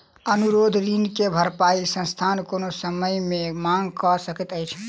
अनुरोध ऋण के भरपाई संस्थान कोनो समय मे मांग कय सकैत अछि